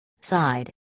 side